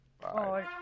Bye